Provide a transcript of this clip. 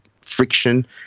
friction